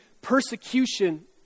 persecution